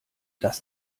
das